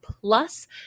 plus